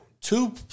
Two